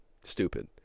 stupid